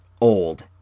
old